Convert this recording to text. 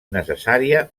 necessària